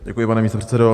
Děkuji, pane místopředsedo.